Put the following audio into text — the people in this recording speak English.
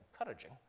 encouraging